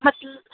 ਮਤਲਬ